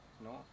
no